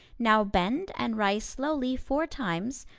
now bend and rise slowly four times,